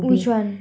which one